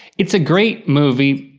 it's a great movie,